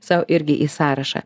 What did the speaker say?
sau irgi į sąrašą